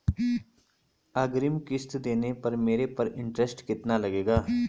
अग्रिम किश्त देने पर मेरे पर इंट्रेस्ट कितना लगेगा?